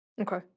Okay